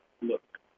Look